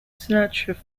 sonata